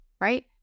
right